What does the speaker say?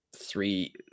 Three